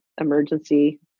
emergency